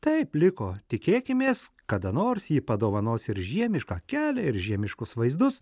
taip liko tikėkimės kada nors ji padovanos ir žiemišką kelią ir žiemiškus vaizdus